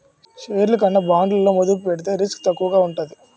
షేర్లు కన్నా బాండ్లలో మదుపు పెడితే రిస్క్ తక్కువగా ఉంటాది